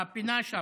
הפינה שם,